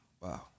Wow